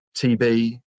TB